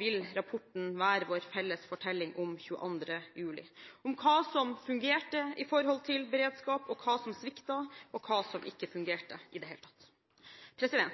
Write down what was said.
vil rapporten være vår felles fortelling om 22. juli – om hva som fungerte når det gjelder beredskap, hva som sviktet, og hva som ikke fungerte i